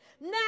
Now